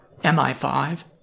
MI5